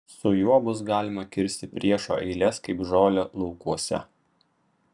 su juo bus galima kirsti priešo eiles kaip žolę laukuose